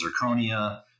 Zirconia